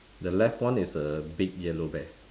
the left one is a big yellow bear